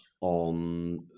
on